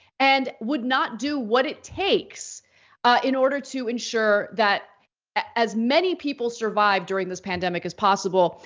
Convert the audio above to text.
and would not do what it takes in order to ensure that as many people survive during this pandemic as possible.